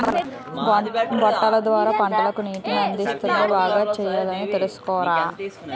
గొట్టాల ద్వార పంటకు నీటిని అందిస్తేనే బాగా సాగుచెయ్యగలమని తెలుసుకో